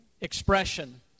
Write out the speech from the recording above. expression